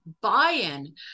buy-in